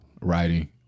Writing